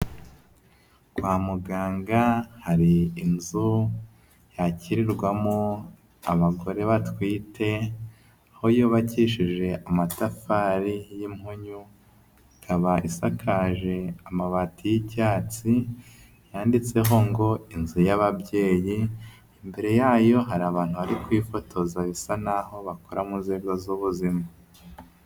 Kwa muganga hari inzu yakirirwamo abagore batwite, aho yubakishije amatafari y'impunyu, ikaba isakaje amabati y'icyatsi yanditseho ngo inzu y'ababyeyi, imbere yayo hari abantu bari kwifotoza bisa n'aho bakora mu nzego z'ubuzima.